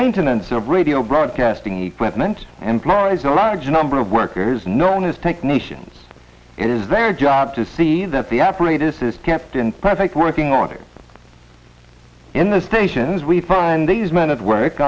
maintenance of radio broadcasting equipment and ploys a large number of workers known as technicians it is their job to see that the apparatus is kept in perfect working order in the stations we find these men at work